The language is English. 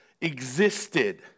existed